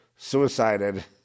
Suicided